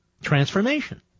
transformation